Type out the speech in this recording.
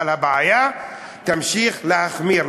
אבל הבעיה תמשיך להחמיר.